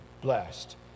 blessed